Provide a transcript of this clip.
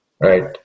right